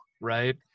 Right